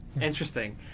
interesting